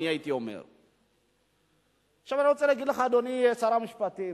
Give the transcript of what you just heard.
אני רוצה להגיד לך, אדוני שר המשפטים,